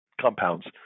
compounds